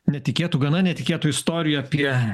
netikėtų gana netikėtų istorijų apie